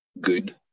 good